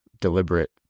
deliberate